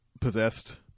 possessed